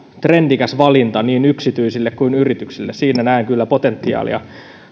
trendikäs valinta niin yksityisille kuin yrityksille siinä näen kyllä potentiaalia